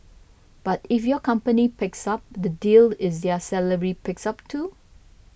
but if your company picks up the deal is their salary picks up too